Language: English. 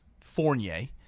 Fournier